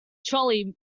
trolley